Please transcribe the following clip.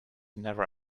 never